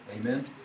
Amen